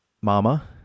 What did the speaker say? Mama